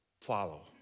follow